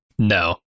No